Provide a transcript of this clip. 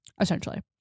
essentially